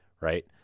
Right